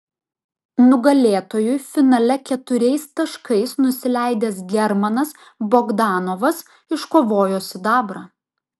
nugalėtojui finale keturiais taškais nusileidęs germanas bogdanovas iškovojo sidabrą